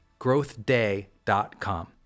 growthday.com